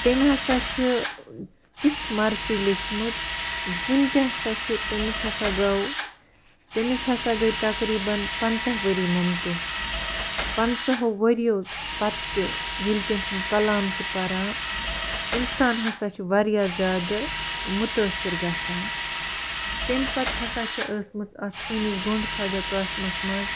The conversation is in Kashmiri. تٔمۍ ہسا چھِ تِژھ مَرثی لیچھمٕژ وُنہِ تہِ ہسا چھُ تٔمِس ہسا گوٚو تٔمِس ہسا گٔے تَقریٖبًا پَنٛژاہ ؤری موٚمتِس پَنٛژاہو ؤرۍ یو پَتہٕ تہِ ییٚلہِ تٔمۍ سُنٛد کلام چھِ پَران اِنسان ہسا چھُ واریاہ زیادٕ مُتٲثِر گژھان تَمہِ پَتہٕ ہسا چھِ ٲسمٕژ اَتھ سٲنِس گُنٛڈ خواجہ قاسمَس منٛز